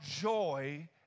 joy